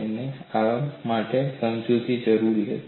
તેમને આ માટે સમજૂતીની જરૂર હતી